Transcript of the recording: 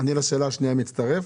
לשאלה השנייה אני מצטרף.